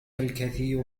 الكثير